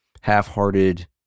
half-hearted